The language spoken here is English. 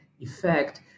effect